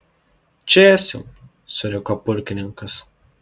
čėsiau suriko pulkininkas